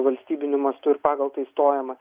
valstybiniu mastu ir pagal tai stojama